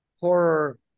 horror